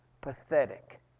pathetic